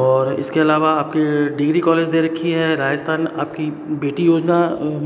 और इसके अलावा आपके डिग्री कॉलेज दे रखी है राजिस्थान आपकी बेटी योजना